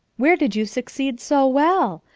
where did you succeed so well?